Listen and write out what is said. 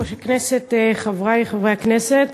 אדוני יושב-ראש הכנסת, חברי חברי הכנסת,